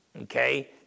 okay